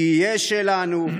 תהיה שלנו,